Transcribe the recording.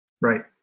Right